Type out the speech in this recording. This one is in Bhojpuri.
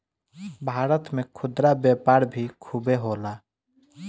भारत में खुदरा व्यापार भी खूबे होला